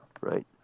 right